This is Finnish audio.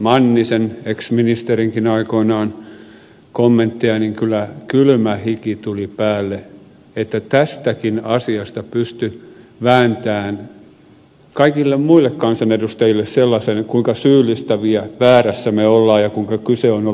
mannisen ex ministerinkin aikoinaan kommenttia niin kyllä kylmä hiki tuli päälle että tästäkin asiasta hän pystyi vääntämään kaikille muille kansanedustajille sellaisen kuvan kuinka syyllistäviä väärässä me olemme ja kuinka kyse on ollut ajojahdista